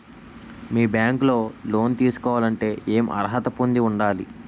మీ bank లో loan తీసుకోవాలంటే ఎం అర్హత పొంది ఉండాలి?